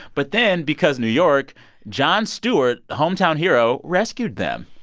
but then because new york jon stewart, hometown hero, rescued them